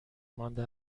مانده